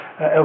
El